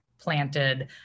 planted